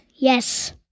Yes